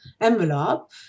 envelope